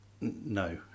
No